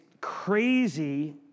crazy